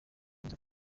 riza